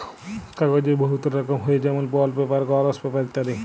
কাগ্যজের বহুতলা রকম হ্যয় যেমল বল্ড পেপার, গলস পেপার ইত্যাদি